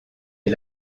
est